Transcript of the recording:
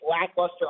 lackluster